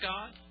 God